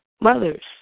mothers